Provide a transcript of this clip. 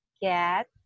get